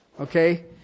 Okay